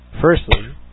firstly